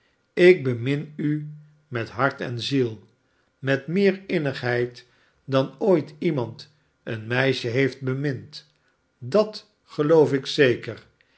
ik bemin u met hart en ziel met meer innigheid dan ooit iemand een meisje heeft bemind dat geloof ik zeker